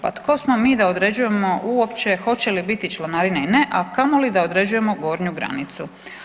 Pa tko smo mi da određujemo uopće hoće li biti članarine i ne, a kamoli da određujemo gornju granicu?